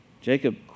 Jacob